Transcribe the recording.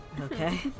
Okay